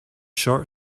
short